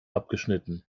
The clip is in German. abgeschnitten